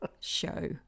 show